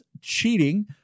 cheating